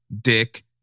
dick